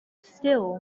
still